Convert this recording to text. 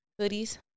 hoodies